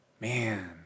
Man